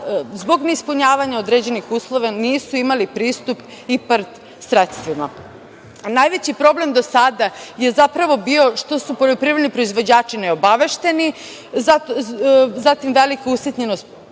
zbog neispunjavanja određenih uslova nisu imali pristup IPARD sredstvima. Najveći problem do sada je zapravo bio što su poljoprivredni proizvođači neobavešteni, zatim velika usitnjenost